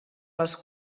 les